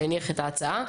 שהניח את ההצעה,